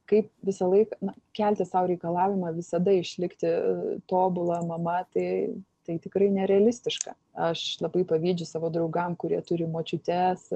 kaip visąlaik na kelti sau reikalavimą visada išlikti tobula mama tai tai tikrai nerealistiška aš labai pavydžiu savo draugam kurie turi močiutes